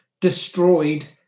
Destroyed